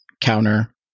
counter